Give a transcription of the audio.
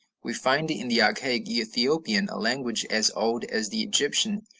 we find in the archaic ethiopian, a language as old as the egyptian,